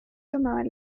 tomaban